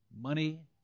Money